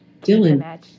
Dylan